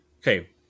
Okay